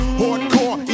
hardcore